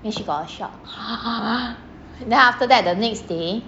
and she got a shock then after that the next day